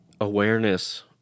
awareness